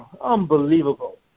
Unbelievable